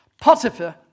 Potiphar